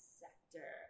sector